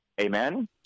Amen